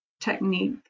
technique